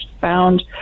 found